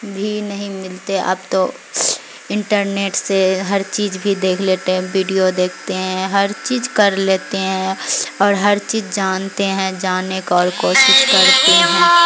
بھی نہیں ملتے اب تو انٹرنیٹ سے ہر چیز بھی دیکھ لیتے ہیں ویڈیو دیکھتے ہیں ہر چیز کر لیتے ہیں اور ہر چیز جانتے ہیں جاننے کا اور کوشش کرتے ہیں